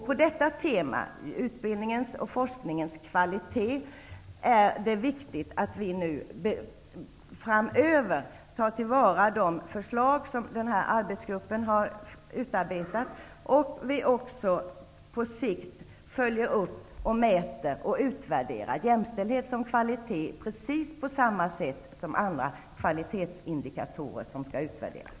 På detta tema, utbildningens och forskningens kvalitet, är det viktigt att vi nu framöver tar till vara de förslag som denna arbetsgrupp har utarbetat och att vi också på sikt följer upp, mäter och utvärderar jämställdhet som kvalitet, precis på samma sätt som när det gäller andra kvalitetsindikatorer som skall utvärderas.